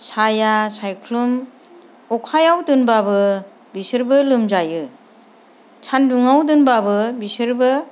साया सायख्लुम अखायाव दोनब्लाबो बिसोरबो लोमजायो सान्दुङाव दोनब्लाबो बिसोरबो